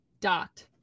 dot